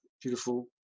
beautiful